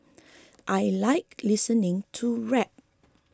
I like listening to rap